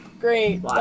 great